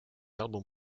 album